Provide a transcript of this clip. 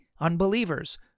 unbelievers